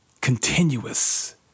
continuous